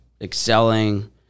excelling